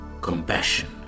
Compassion